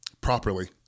properly